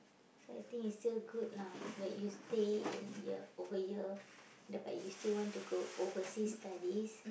so I think it's still good lah that you stay in here over here d~ but you still want to go overseas studies